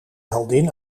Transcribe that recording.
heldin